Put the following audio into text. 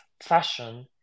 fashion